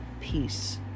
peace